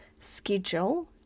schedule